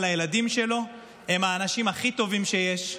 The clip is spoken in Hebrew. על הילדים שלו הם האנשים הכי טובים שיש.